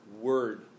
word